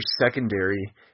secondary